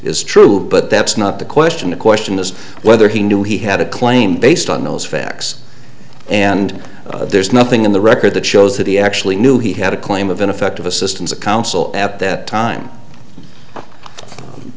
is true but that's not the question the question is whether he knew he had a claim based on those facts and there's nothing in the record that shows that he actually knew he had a claim of ineffective assistance of counsel at that time